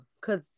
Cause